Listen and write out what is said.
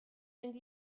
mynd